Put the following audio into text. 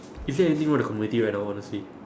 is there anything wrong with the community right now honestly